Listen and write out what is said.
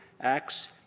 Acts